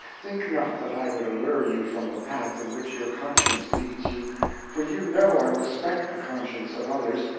think not that i would allure you from the path in which your conscience leads you for you know i respect the conscience of others,